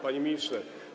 Panie Ministrze!